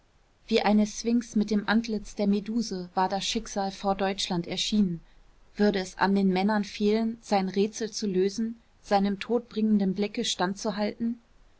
wie eine sphinx mit dem antlitz der meduse war das schicksal vor deutschland erschienen würde es an den männern fehlen sein rätsel zu lösen seinem todbringenden blicke stand zu halten